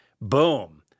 Boom